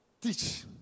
Teach